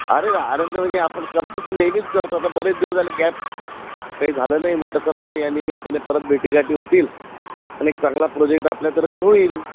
अरे ना अरेंज जाय तर म्हणजे आपण करतो तर नेहमीच करतो आता बरेच दिवस झाले गॅप काही झालं नाही म्हटलं चला आता या निमित्ताने परत भेटीगाठी होतील आणि एक चांगला प्रोजेक्ट आपल्यातर्फे होईल